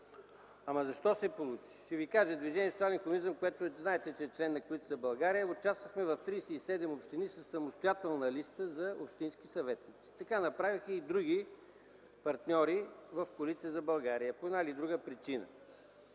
Ама, защо се получи? Ще ви кажа – Движението за социален хуманизъм, което знаете, че е член на Коалиция за България, участвахме в 37 общини със самостоятелна листа за общински съветници. Така направиха и други партньори в Коалиция за България, по една или друга причина.